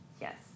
Yes